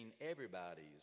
everybody's